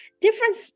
different